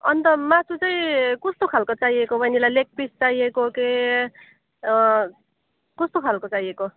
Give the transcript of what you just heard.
अन्त मासु चाहिँ कस्तो खालको चाहिएको बैनीलाई लेग पिस चाहिएको हो कि कस्तो खालको चाहिएको